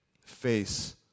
face